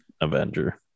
Avenger